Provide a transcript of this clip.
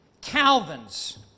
Calvins